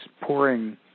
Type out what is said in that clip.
pouring